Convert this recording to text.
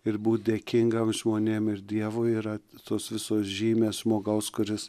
ir būt dėkingam žmonėm ir dievui yra tos visos žymės žmogaus kuris